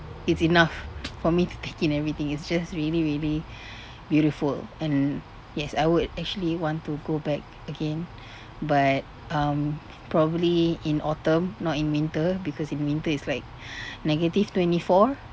it's enough for me to take in everything it's just really really beautiful and yes I would actually want to go back again but um probably in autumn not in winter because in winter is like negative twenty four